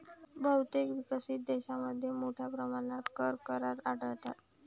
बहुतेक विकसित देशांमध्ये मोठ्या प्रमाणात कर करार आढळतात